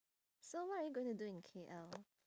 so what are you going to do in K_L